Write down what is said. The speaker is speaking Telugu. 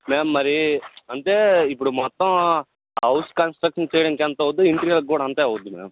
మ్యామ్ మరీ అంటే ఇప్పుడు మొత్తం హౌస్ కంస్ట్రక్షన్ చేయడానికి ఎంత అవుద్దో ఇంటీరియర్ కి కూడా అంతే అవుద్ది మ్యామ్